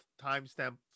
timestamp